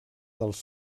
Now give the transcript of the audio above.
dels